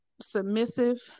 submissive